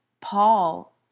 Paul